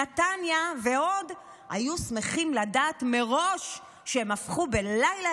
נתניה ועוד היו שמחים לדעת מראש שהם הפכו בלילה